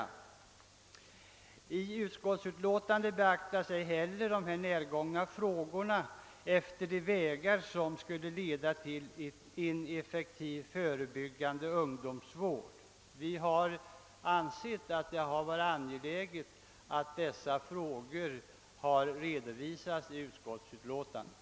I utskottsutlåtandet beaktas ej heller motionens närgångna fråga efter de vägar som skulle kunna leda till en effektivt förebyggande ungdomsvård. Vi som avgivit det särskilda yttrandet 1 har ansett det angeläget att dessa frågor redovisas i utlåtandet.